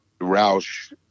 Roush